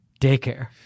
daycare